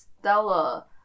Stella